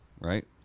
Right